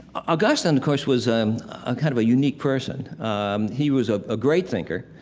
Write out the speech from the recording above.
augustine, of course, was ah ah kind of a unique person. um, he was ah a great thinker,